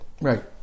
Right